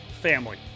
family